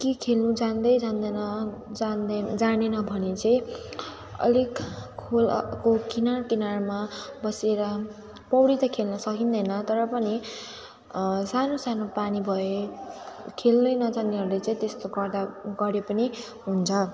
कि खेल्नु जान्दै जान्दैन जान्दै जानेन भने चाहिँ अलिक खोलाको किनार किनारमा बसेर पौडी त खेल्न सकिँदैन तर पनि सानो सानो पानी भए खेल्नै नजान्नेहरूले चाहिँ त्यस्तो गर्दा गरे पनि हुन्छ